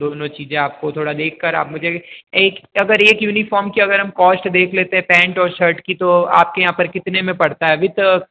दोनों चीज़ें आपको थोड़ा देख कर आप मुझे एक अगर एक यूनिफॉर्म कि अगर हम कॉस्ट देख लेते पैंट और शर्ट की तो आपके यहाँ पर कितने में पड़ता है अभी तो